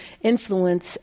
influence